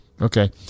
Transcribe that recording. okay